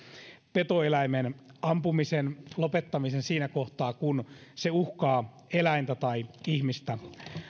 petoeläimen ampumisen lopettamisen siinä kohtaa kun se uhkaa eläintä tai ihmistä